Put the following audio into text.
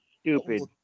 Stupid